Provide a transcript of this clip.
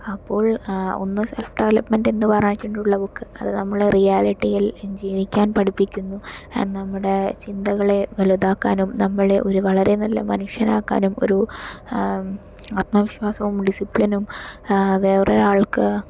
അപ്പോൾ ഒന്നു self development എന്ന് പറഞ്ഞിട്ടുള്ള ബുക്ക് അത് നമ്മളെ റിയാലിറ്റിയിൽ ജീവിക്കാൻ പഠിപ്പിക്കുന്നു നമ്മുടെ ചിന്തകളെ വലുതാക്കാനും നമ്മളെ ഒരു വളരെ നല്ല മനുഷ്യനാക്കാനും ഒരു ആത്മവിശ്വാസവും ഡിസിപ്ലിനും വേറൊരാൾക്കു